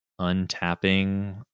untapping